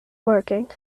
working